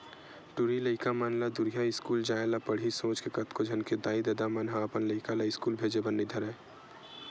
टूरी लइका मन ला दूरिहा इस्कूल जाय ल पड़ही सोच के कतको झन के दाई ददा मन ह अपन लइका ला इस्कूल भेजे बर नइ धरय